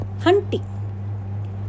hunting